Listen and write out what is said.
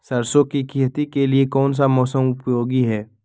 सरसो की खेती के लिए कौन सा मौसम उपयोगी है?